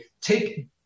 take